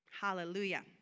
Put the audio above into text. Hallelujah